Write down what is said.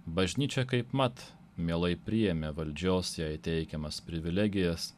bažnyčia kaipmat mielai priėmė valdžios jai teikiamas privilegijas